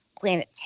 Planet